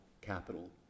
capital